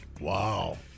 Wow